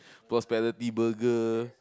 prosperity burger